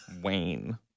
Wayne